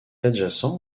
adjacent